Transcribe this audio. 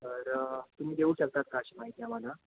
तर तुम्ही देऊ शकतात का अशी माहिती आम्हाला